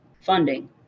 funding